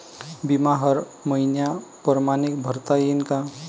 बिमा हर मइन्या परमाने भरता येऊन का?